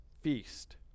feast